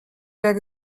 jak